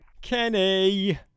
Kenny